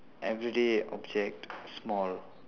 everyday object small